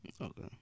Okay